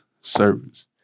service